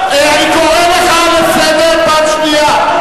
אדוני, הוא, אני קורא אותך לסדר פעם שנייה.